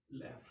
left